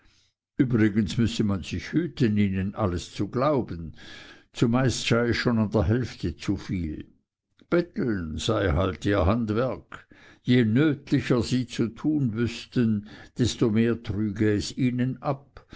übrigens müsse man sich hüten ihnen alles zu glauben zumeist sei es schon an der hälfte zu viel betteln sei halt ihr handwerk je nötlicher sie zu tun wüßten desto mehr trüge es ihnen ab